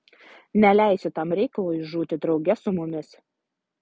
neleisiu tam reikalui žūti drauge su mumis